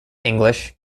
english